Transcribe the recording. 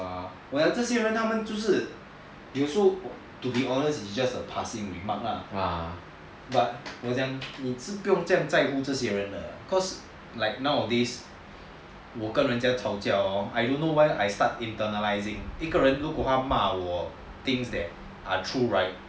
我讲这些人他们就是有时候 to be honest it's just a passing remark lah but 我讲你不用在乎这些人的 cause like nowadays 我跟人家吵架 hor I don't know why I start internalising 一个人如果他骂我 things that are true right